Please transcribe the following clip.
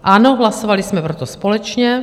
Ano, hlasovali jsme pro to společně.